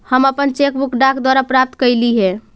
हम अपन cheque book डाक द्वारा प्राप्त कईली हे